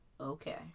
Okay